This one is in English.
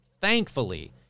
Thankfully